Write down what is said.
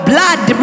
Blood